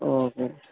ഓഹോ